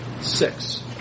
six